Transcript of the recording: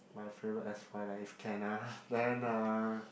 my favorite S_Y life can ah then uh